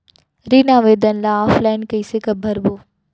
ऋण आवेदन ल ऑफलाइन कइसे भरबो?